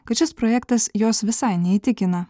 kad šis projektas jos visai neįtikina